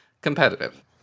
competitive